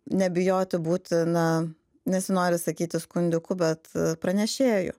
nebijoti būti na nesinori sakyti skundiku bet pranešėju